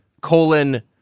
colon